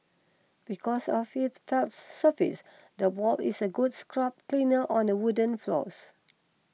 because of its sounds surface the ball is a good scruff cleaner on a wooden floors